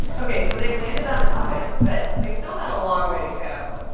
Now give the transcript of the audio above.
ok, so they landed on a topic, but they still had a long way to go,